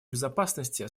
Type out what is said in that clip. безопасности